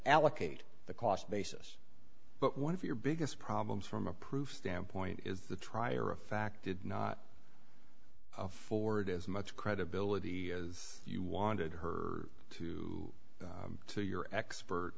allocate the cost basis but one of your biggest problems from a proof standpoint is the trier of fact did not afford as much credibility as you wanted her to to your expert